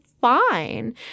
fine